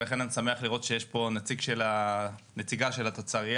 לכן אני שמח לראות שיש פה נציגה של הפצ"ר,